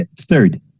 third